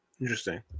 Interesting